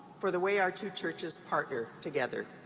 for the way our two churches partner together.